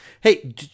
Hey